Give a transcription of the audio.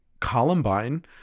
Columbine